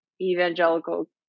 evangelical